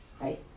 right